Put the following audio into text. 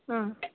ಹಾಂ